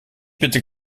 bitte